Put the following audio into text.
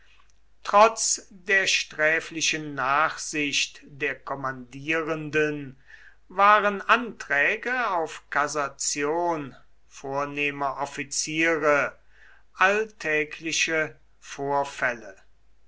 trotz der sträflichen nachsicht der kommandierenden waren anträge auf kassation vornehmer offiziere alltägliche vorfälle